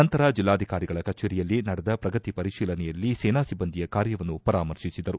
ನಂತರ ಜಿಲ್ಲಾಧಿಕಾರಿಗಳ ಕಚೇರಿಯಲ್ಲಿ ನಡೆದ ಪ್ರಗತಿ ಪರಿಶೀಲನೆಯಲ್ಲಿ ಸೇನಾ ಸಿಬ್ಬಂದಿಯ ಕಾರ್ಯವನ್ನು ಪರಾಮರ್ತಿಸಿದರು